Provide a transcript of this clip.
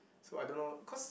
so I don't know cause